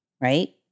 right